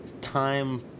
time